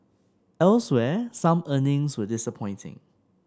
elsewhere some earnings were disappointing